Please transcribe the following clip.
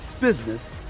business